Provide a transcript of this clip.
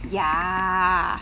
yeah